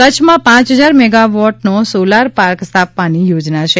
કચ્છમાં પાંચ હજાર મેગાવોટનો સોલાર પાર્ક સ્થાપવાની યોજના છે